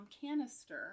canister